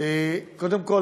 קודם כול,